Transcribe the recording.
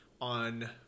on